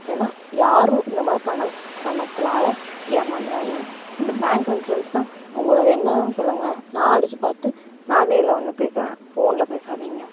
ஏனால் யாரும் இந்தமாதிரி பணம் பணத்தினால ஏமாந்துடாதீங்க அப்படி பேங்க் இன்சூரன்ஸ்ன்னால் உங்களுது என்ன சொல்லுங்க நான் அடிச்சு பார்த்துட்டு நான் நேரில் வந்து பேசுகிறேன் ஃபோனில் பேசாதீங்க